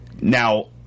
Now